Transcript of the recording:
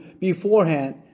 beforehand